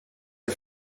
are